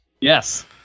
Yes